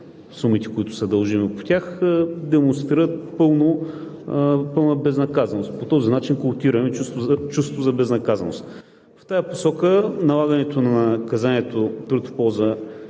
сумите, които са дължими по тях, демонстрират пълна безнаказаност, а по този начин култивираме чувство за безнаказаност. В тази посока налагането на наказание за труд в полза